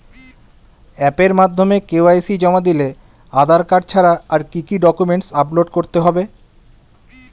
অ্যাপের মাধ্যমে কে.ওয়াই.সি জমা দিলে আধার কার্ড ছাড়া আর কি কি ডকুমেন্টস আপলোড করতে হবে?